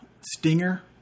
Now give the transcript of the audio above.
stinger